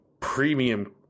premium